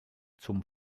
zum